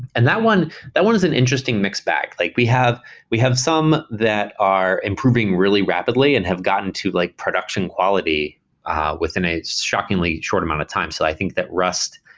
and that one that one is an interesting mix back. like we have we have some that are improving really rapidly and have gotten to like production quality within a shockingly short amount of times. so i think that rust,